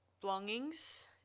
belongings